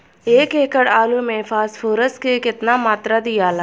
एक एकड़ आलू मे फास्फोरस के केतना मात्रा दियाला?